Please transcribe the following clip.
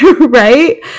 right